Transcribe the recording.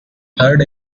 heard